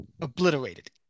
obliterated